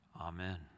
Amen